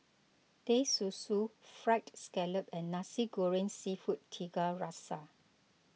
Teh Susu Fried Scallop and Nasi Goreng Seafood Tiga Rasa